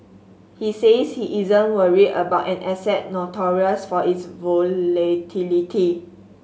he says he isn't worried about an asset notorious for its volatility